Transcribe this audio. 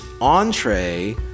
entree